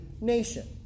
nation